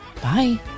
Bye